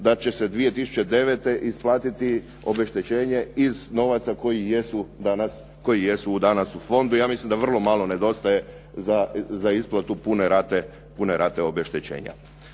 da će se 2009. isplatiti obeštećenje iz novaca koji jesu danas, koji jesu danas u fondu, ja mislim da vrlo malo nedostaje za isplatu pune rate, pune rate obeštećenja.